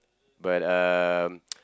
but um